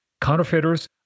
Counterfeiters